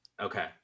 okay